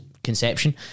conception